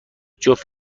جفت